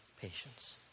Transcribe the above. patience